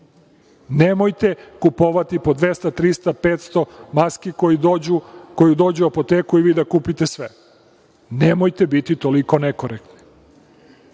Nemojte kupovati po 200, 300, 500 maski koje dođu u apoteku i vi da kupite sve. Nemojte biti toliko nekorektni.